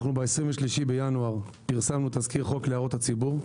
ב-23.1 פרסמנו תזכיר חוק להערות הציבור.